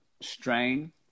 strain